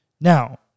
Now